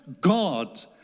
God